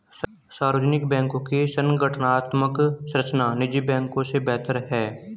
सार्वजनिक बैंकों की संगठनात्मक संरचना निजी बैंकों से बेहतर है